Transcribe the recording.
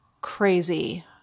crazy